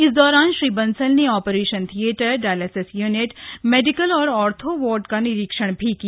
इस दौरान श्री बंसल ने operation theatre dialysis unit medical और आर्थो वार्ड का निरीक्षण भी किया